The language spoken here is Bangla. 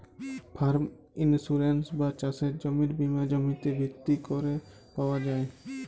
ফার্ম ইন্সুরেন্স বা চাসের জমির বীমা জমিতে ভিত্তি ক্যরে পাওয়া যায়